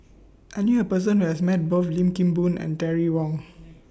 I knew A Person Who has Met Both Lim Kim Boon and Terry Wong